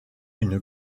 une